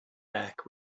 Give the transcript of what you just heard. back